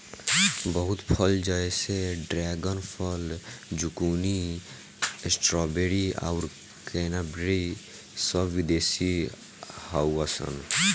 बहुत फल जैसे ड्रेगन फल, ज़ुकूनी, स्ट्रॉबेरी आउर क्रेन्बेरी सब विदेशी हाउअन सा